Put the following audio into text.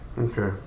Okay